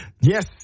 Yes